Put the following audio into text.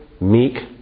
meek